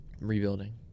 Rebuilding